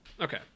Okay